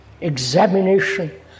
examination